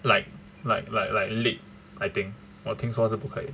like like like like league I think 我听说是不可以